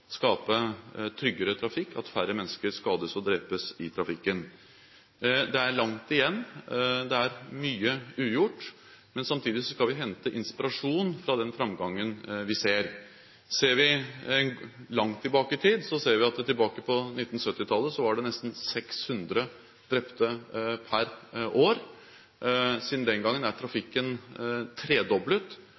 skape tryggere trafikk – at færre mennesker skades og drepes i trafikken. Det er langt igjen, det er mye ugjort, men samtidig skal vi hente inspirasjon fra den framgangen vi ser. Ser vi langt tilbake i tid, ser vi at tilbake på 1970-tallet var det nesten 600 drepte per år. Siden den gang er trafikken tredoblet,